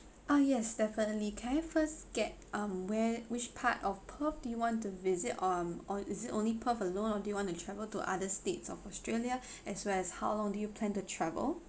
ah yes definitely can I first get um where which part of perth do you want to visit on or is it only perth alone or do you want to travel to other states of australia as well as how long do you plan to travel